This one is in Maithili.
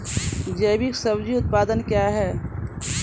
जैविक सब्जी उत्पादन क्या हैं?